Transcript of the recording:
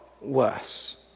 worse